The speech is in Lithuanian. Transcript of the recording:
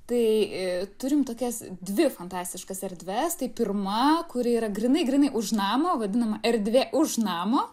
tai turim tokias dvi fantastiškas erdves tai pirma kuri yra grynai grynai už namo vadinama erdvė už namo